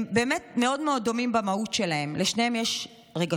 הם באמת מאוד מאוד דומים במהות שלהם: לשניהם יש רגשות,